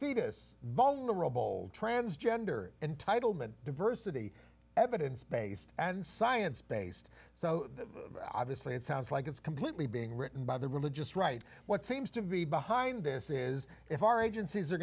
fetus vulnerable transgender entitlement diversity evidence based and science based so obviously it sounds like it's completely being written by the religious right what seems to be behind this is if our agencies are